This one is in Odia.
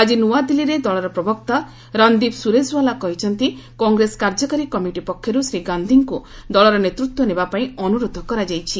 ଆଜି ନ୍ତଆଦିଲ୍ଲୀରେ ଦଳର ପ୍ରବକ୍ତା ରଣ୍ଦୀପ୍ ସୁରଜେଓ୍ବାଲା କହିଛନ୍ତି କଂଗ୍ରେସ କାର୍ଯ୍ୟକାରୀ କମିଟି ପକ୍ଷରୁ ଶ୍ରୀ ଗାନ୍ଦିକୁ ଦଳର ନେତୃତ୍ୱ ନେବାପାଇଁ ଅନୁରୋଧ କରାଯାଇଛି